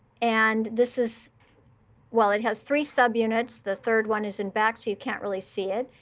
and this is well, it has three subunits. the third one is in back, so you can't really see it.